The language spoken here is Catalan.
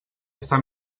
està